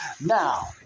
Now